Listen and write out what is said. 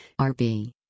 RB